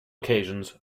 occasions